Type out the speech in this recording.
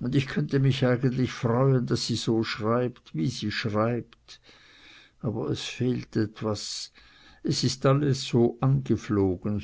und ich könnte mich eigentlich freuen daß sie so schreibt wie sie schreibt aber es fehlt etwas es ist alles so angeflogen